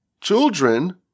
children